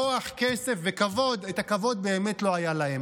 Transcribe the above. כוח, כסף וכבוד, את הכבוד באמת לא היה להם.